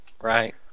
Right